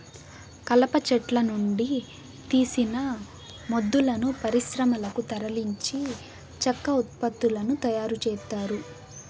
కలప చెట్ల నుండి తీసిన మొద్దులను పరిశ్రమలకు తరలించి చెక్క ఉత్పత్తులను తయారు చేత్తారు